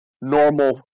normal